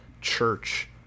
church